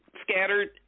scattered